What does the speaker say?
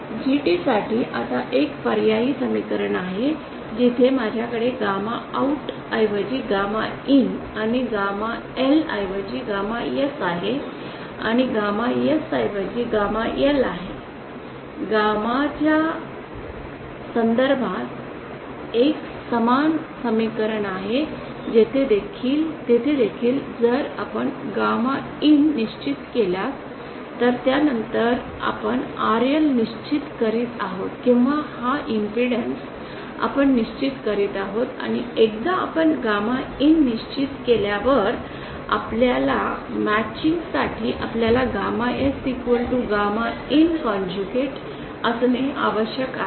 GT साठी आता एक पर्यायी समीकरण आहे जिथे माझ्याकडे गॅमा आउट ऐवजी गॅमा IN आणि गॅमा L ऐवजी गॅमा S आहे आणि गॅमा S ऐवजी गॅमा L आहे गॅमा च्या संदर्भात एक समान समीकरण आहे तेथे देखील जर आपण गॅमा IN निश्चित केल्यास तर त्यानंतर आपण RL निश्चित करीत आहोत किंवा हा इम्पेडन्स आपण निश्चित करीत आहोत आणि एकदा आपण गॅमा IN निश्चित केल्यावर आपल्याला मॅचिंग साठी आपल्याला गॅमा S गॅमा IN चा कन्जुगेट असणे आवश्यक आहे